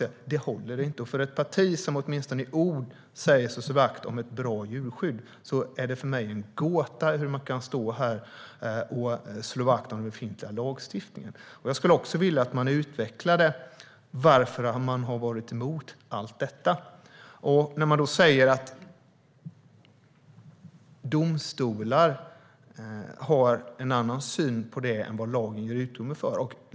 Det är för mig en gåta hur företrädare för ett parti som åtminstone i ord säger sig slå vakt om ett bra djurskydd kan stå här och slå vakt om den befintliga lagstiftningen. Jag skulle också vilja att man utvecklade varför man har varit emot allt detta. Annika Hirvonen Falk säger att domstolar har en annan syn på detta än vad lagen ger utrymme för.